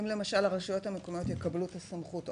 אם למשל הרשויות המקומיות יקבלו את הסמכות,